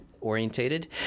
Orientated